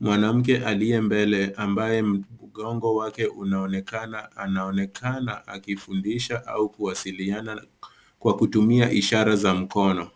Mwanamke aliye mbele ambaye mgongo wake unaonekana anaonekana akifundisha au kuwasiliana kwa kutumia ishara za mkono.